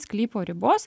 sklypo ribos